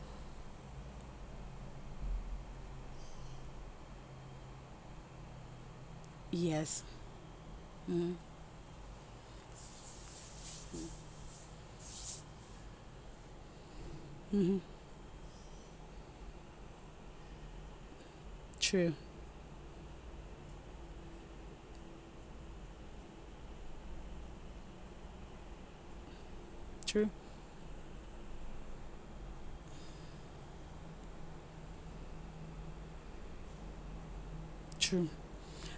yes mmhmm mm mmhmm true true true